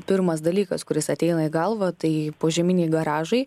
pirmas dalykas kuris ateina į galvą tai požeminiai garažai